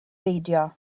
beidio